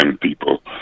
people